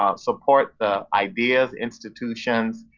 um support the ideas, institutions,